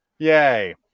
Yay